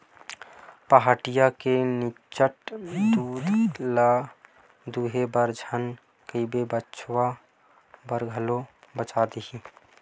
पहाटिया ल निच्चट दूद ल दूहे बर झन कहिबे बछवा बर घलो बचा देही